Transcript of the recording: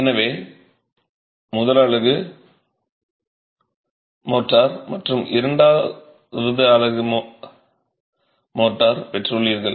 எனவே முதல் அலகு மோர்டார் மற்றும் இரண்டாவது அலகு பெற்றுள்ளீர்கள்